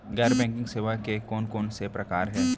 गैर बैंकिंग सेवा के कोन कोन से प्रकार हे?